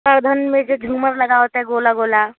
करधन में जो झूमर लगा होता है गोला गोला